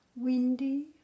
windy